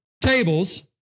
tables